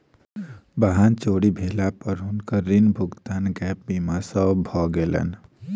वाहन चोरी भेला पर हुनकर ऋण भुगतान गैप बीमा सॅ भ गेलैन